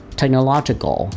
technological